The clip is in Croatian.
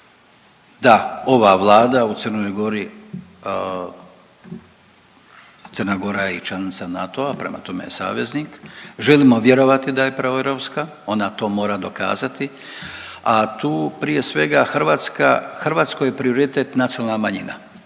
da ova Vlada u Crnoj Gori, Crna Gora je i članica NATO-a, prema tome saveznik. Želimo vjerovati da je proeuropska, ona to mora dokazati a tu prije svega Hrvatskoj je prioritet nacionalna manjina.